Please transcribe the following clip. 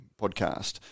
podcast